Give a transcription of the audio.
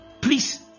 please